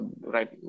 right